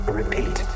repeat